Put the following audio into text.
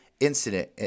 Incident